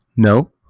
No